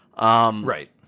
right